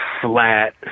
flat